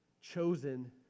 chosen